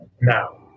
now